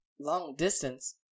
Long-distance